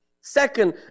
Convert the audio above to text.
Second